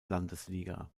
landesliga